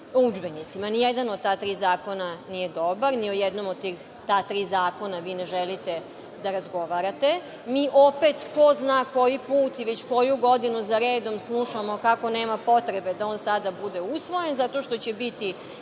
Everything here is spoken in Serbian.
udžbenicima. Ni jedan od ta tri zakona nije dobar. Ni o jednom od ta tri zakona vi ne želite da razgovarate. Mi opet ko zna koji put i već koju godinu za redom slušamo kako nema potrebe da on sada bude usvojen zato što će biti